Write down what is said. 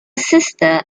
sister